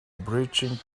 breaching